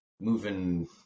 moving